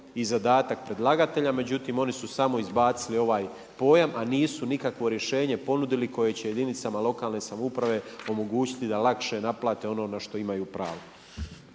i zadatak predlagatelja , međutim oni su samo izbacili ovaj pojam a nisu nikakvo rješenje ponudili koje će jedinicama lokalne samouprave omogućiti da lakše naplate ono na što imaju pravo.